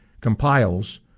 compiles